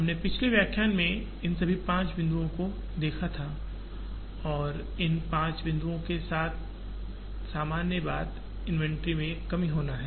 हमने पिछले व्याख्यान में इन सभी पांच बिंदुओं को देखा था और इन पांच बिंदुओं के साथ सामान्य बात इन्वेंट्री में कमी होना है